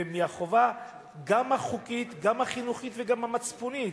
מהחובה גם החוקית, גם החינוכית וגם המצפונית.